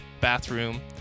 bathroom